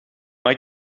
maar